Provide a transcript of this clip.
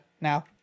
now